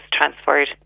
transferred